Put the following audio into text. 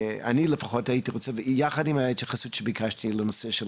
אני לפחות הייתי רוצה וזאת יחד עם ההתייחסות שביקשתי בנושא של